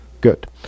Good